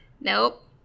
Nope